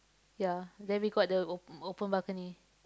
ya then we got the op~ open balcony